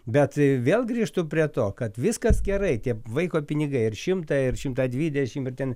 bet vėl grįžtu prie to kad viskas gerai tie vaiko pinigai ir šimtą ir šimtą dvidešim ir ten